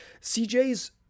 CJ's